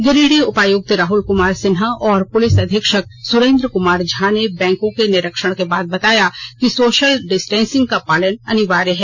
गिरिडीह उपायुक्त राहल कुमार सिन्हा और पुलिस अधीक्षक सुरेन्द्र कुमार झा ने बैंकों के निरीक्षण के बाद बताया कि सोशल डिस्टेंसिंग का पालन अनिवार्य है